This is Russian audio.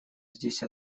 здесь